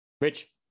Rich